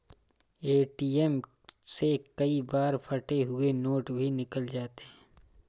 ATM से कई बार फटे हुए नोट भी निकल जाते हैं